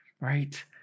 right